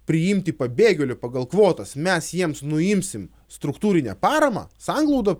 priimti pabėgėlių pagal kvotas mes jiems nuimsim struktūrinę paramą sanglauda